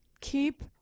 keep